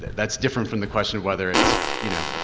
that's different from the question of whether it's, you know,